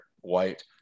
white